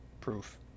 proof